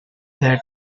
that